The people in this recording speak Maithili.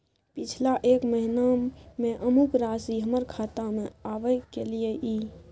पिछला एक महीना म अमुक राशि हमर खाता में आबय कैलियै इ?